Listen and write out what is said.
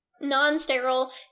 non-sterile